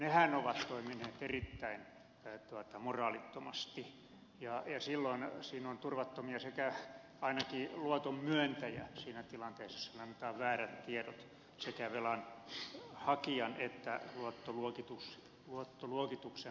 nehän ovat toimineet erittäin moraalittomasti ja silloin on turvaton ainakin luoton myöntäjä siinä tilanteessa jossa sille annetaan väärät tiedot sekä velan hakijan että luottoluokituksen antajan suunnalta